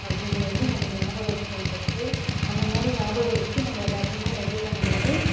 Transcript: அப்படின்றத வந்து நம்ம ஞாபகம் வச்சுக்கணும் ஃபர்ஸ்ட்டு அந்த மாதிரி ஞாபகம் வச்சு நம்ம எல்லாத்தையுமே ரெடி பண்ணும்போது